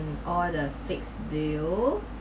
and all the fixed bill